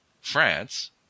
france